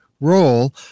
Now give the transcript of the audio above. role